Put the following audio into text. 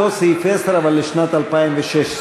אותו סעיף, 10, אבל לשנת 2016,